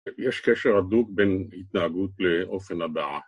יש קשר אדוק בין התנהגות לאופן הבעה